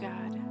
God